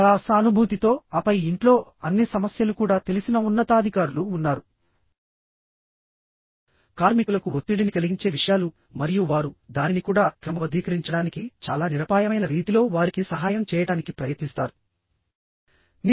చాలా సానుభూతితోఆపై ఇంట్లో అన్ని సమస్యలు కూడా తెలిసిన ఉన్నతాధికారులు ఉన్నారుకార్మికులకు ఒత్తిడిని కలిగించే విషయాలు మరియు వారు దానిని కూడా క్రమబద్ధీకరించడానికి చాలా నిరపాయమైన రీతిలో వారికి సహాయం చేయడానికి ప్రయత్నిస్తారు